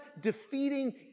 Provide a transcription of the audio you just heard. defeating